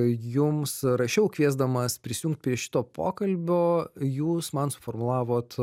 jums rašiau kviesdamas prisijungt prie šito pokalbio jūs man suformulavot